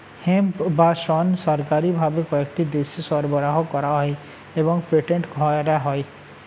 hemp বা শণ সরকারি ভাবে কয়েকটি দেশে সরবরাহ করা হয় এবং পেটেন্ট করা হয়